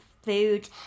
Food